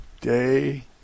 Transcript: day